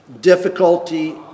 difficulty